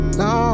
no